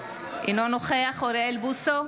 אינו נוכח אוריאל בוסו,